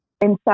Inside